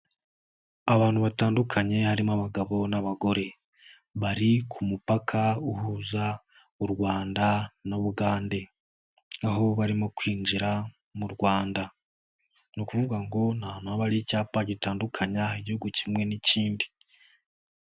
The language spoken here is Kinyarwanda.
Abantu batandukanye harimo abagabo n'abagore. Bari ku mupaka uhuza u Rwanda n'Ubugande, aho barimo kwinjira mu Rwanda. Ni ukuvuga ngo ni ahantu haba hari icyapa gitandukanya igihugu kimwe n'ikindi.